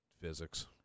physics